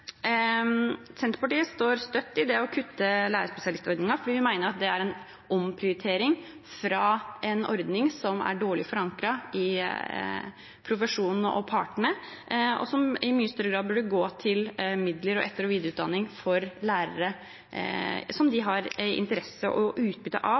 Senterpartiet står støtt i det å kutte lærerspesialistordningen fordi vi mener at det er en omprioritering fra en ordning som er dårlig forankret i profesjonen og hos partene, og som i mye større grad burde gå til midler til etter- og videreutdanning for lærere som de har interesse og utbytte av.